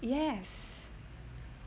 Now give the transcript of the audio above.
yes